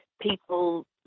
people